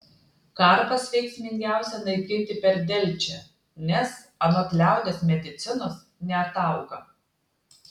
karpas veiksmingiausia naikinti per delčią nes anot liaudies medicinos neatauga